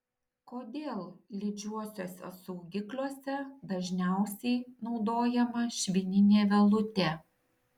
kodėl lydžiuosiuose saugikliuose dažniausiai naudojama švininė vielutė